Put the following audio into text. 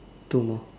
two more